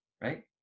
right